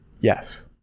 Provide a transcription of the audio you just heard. yes